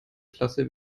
klasse